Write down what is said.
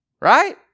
Right